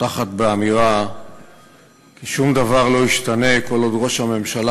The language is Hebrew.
פותחת באמירה ששום דבר לא ישתנה כל עוד ראש הממשלה